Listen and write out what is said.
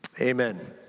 amen